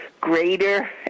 greater